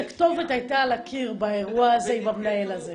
הכתובת הייתה על הקיר באירוע הזה עם המנהל הזה.